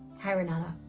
hi, rinata.